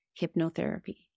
hypnotherapy